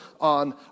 on